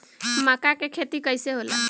मका के खेती कइसे होला?